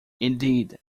indeed